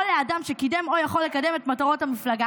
או לאדם שקידם או יכול לקדם את מטרות המפלגה".